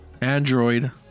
Android